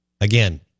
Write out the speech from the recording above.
Again